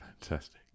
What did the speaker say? Fantastic